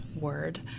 word